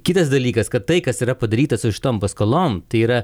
kitas dalykas kad tai kas yra padaryta su šitom paskolom tai yra